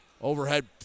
Overhead